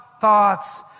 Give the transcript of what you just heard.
thoughts